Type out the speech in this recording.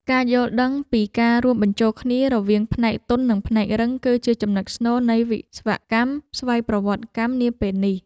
ការយល់ដឹងពីការរួមបញ្ចូលគ្នារវាងផ្នែកទន់និងផ្នែករឹង គឺជាចំនុចស្នូលនៃវិស្វកម្មស្វ័យប្រវត្តិកម្មនាពេលនេះ។